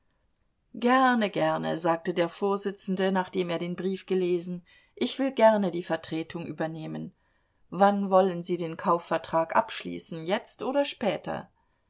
gerne gerne sagte der vorsitzende nachdem er den brief gelesen ich will gerne die vertretung übernehmen wann wollen sie den kaufvertrag abschließen jetzt oder später